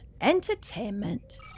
Entertainment